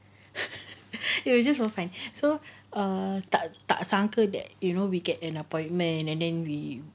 it was just for fun so err tak sangka that we get an appointment and then we